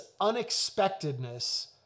unexpectedness